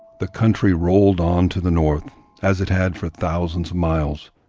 the country rolled on to the north as it had for thousands of miles,